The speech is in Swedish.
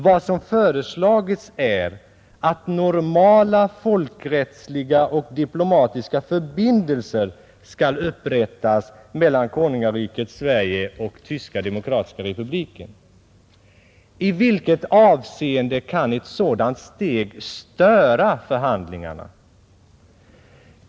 Vad som föreslagits är att normala folkrättsliga och diplomatiska förbindelser skall upprättas mellan Konungariket Sverige och Tyska demokratiska republiken, I vilket avseende kan ett sådant steg ”störa” förhandlingarna?